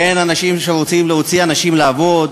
אין אנשים שרוצים להוציא אנשים לעבוד,